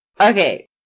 Okay